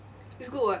it's good [what]